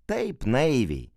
taip naiviai